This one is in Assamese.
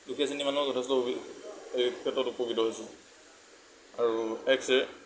দুখীয়া শ্ৰেণী মানুহৰ যথেষ্টভাৱে এই ক্ষেত্ৰত উপকৃত হৈছোঁ আৰু এক্সৰে'